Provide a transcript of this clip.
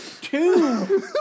Two